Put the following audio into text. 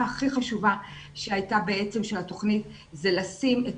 הכי חשובה שהייתה בעצם של התוכנית זה לשים את